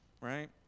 Right